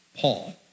Paul